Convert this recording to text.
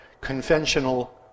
conventional